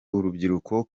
urubyiruko